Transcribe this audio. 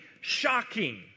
shocking